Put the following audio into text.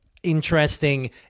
Interesting